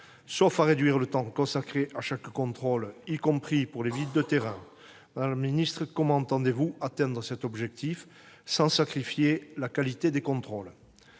sauf à réduire le temps consacré à chaque contrôle, y compris aux visites sur le terrain. Madame la ministre, comment entendez-vous atteindre cet objectif sans sacrifier la qualité des contrôles ?